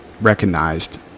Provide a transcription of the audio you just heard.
recognized